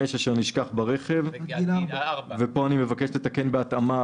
אשר נשכח ברכב," פה אני מבקש לתקן בהתאמה,